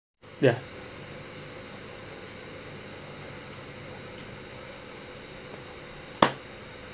ya